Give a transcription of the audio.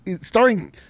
starring